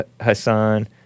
Hassan